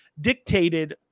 dictated